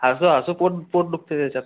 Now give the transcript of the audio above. हसून हसून पोट पोट दुखते त्याच्यात